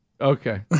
Okay